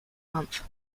month